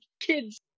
kids